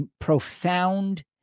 profound